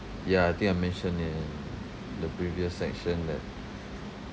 ya I think I mentioned it in the previous section that